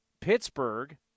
Pittsburgh